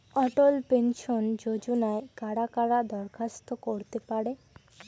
অটল pension যোজনায় কারা কারা দরখাস্ত করতে পারে?